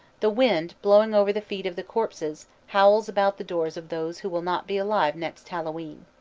the wind blowing over the feet of the corpses howls about the doors of those who will not be alive next hallowe'en.